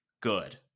good